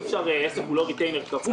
כי עסק הוא לא ריטיינר קבוע.